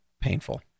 painful